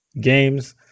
games